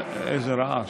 איזה רעש.